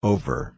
Over